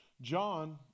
John